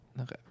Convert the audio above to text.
Okay